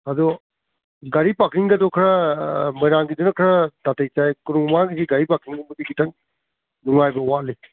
ꯑꯗꯣ ꯒꯥꯔꯤ ꯄꯥꯔꯀꯤꯡꯒꯗꯣ ꯈꯔ ꯑꯥ ꯃꯣꯏꯔꯥꯡꯒꯤꯗꯨꯅ ꯈꯔ ꯅꯥꯇꯩ ꯆꯥꯏ ꯀꯣꯅꯨꯡ ꯃꯃꯥꯡꯒꯤꯗꯤ ꯒꯥꯔꯤ ꯄꯥꯔꯀꯤꯡꯒꯨꯝꯕꯗꯤ ꯈꯤꯇꯪ ꯅꯨꯡꯉꯥꯏꯕ ꯋꯥꯠꯂꯤ